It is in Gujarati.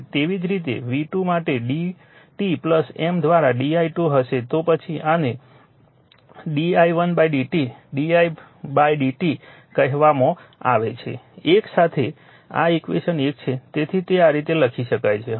તેવી જ રીતે V2 માટે dt M દ્વારા di2 હશે તો પછી આને d i1 dt d i dt કહેવામમાં આવે છે એકસાથે આ ઈક્વેશન 1 છે તેથી તે આ રીતે લખી શકાય છે